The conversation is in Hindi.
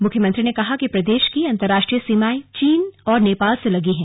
मुख्यमंत्री ने कहा कि प्रदेश की अंतरराष्ट्रीय सीमाएं चीन और नेपाल से लगी हैं